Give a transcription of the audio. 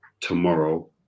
tomorrow